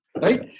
right